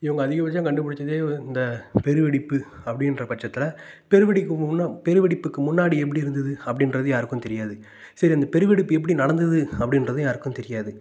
இவங்க அதிகபட்சம் கண்டுபிடிச்சதே இந்த பெருவெடிப்பு அப்படின்ற பட்சத்தில் பெரு வெடிப்புக்கு முன்னே பெருவெடிப்புக்கு முன்னாடி எப்படி இருந்துது அப்படின்றது யாருக்கும் தெரியாது சரி அந்த பெரு வெடிப்பு எப்படி நடந்தது அப்படின்றதும் யாருக்கும் தெரியாது